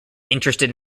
interested